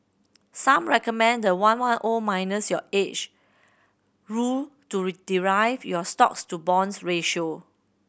some recommend the one one O minus your age rule to derive your stocks to bonds ratio